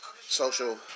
social